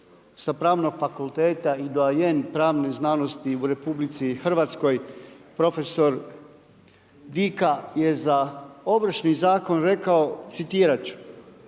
sa pravnog fakulteta i doajen pravne znanosti u RH, profesor Dika, je za ovršni zakon rekao, citirati